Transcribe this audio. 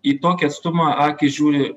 į tokį atstumą akys žiūri